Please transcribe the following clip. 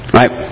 right